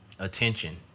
Attention